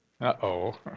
Uh-oh